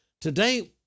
Today